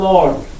Lord